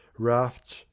rafts